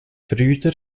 brüder